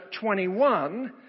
21